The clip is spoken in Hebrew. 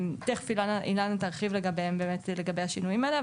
תכף אילנה תרחיב לגבי השינויים האלה,